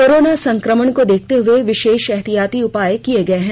corona संकमण को देखते हुए विशेष एहतियाती उपाय किये गये हैं